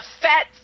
fat